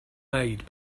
made